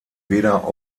weder